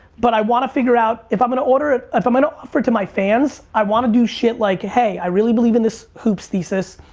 but i wanna figure out, if i'm gonna order, if i'm gonna offer to my fans, i wanna do shit like, hey, i really believe in this hoops thesis.